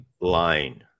line